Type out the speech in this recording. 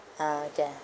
ah okay